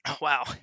Wow